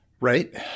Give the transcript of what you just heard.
right